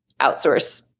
outsource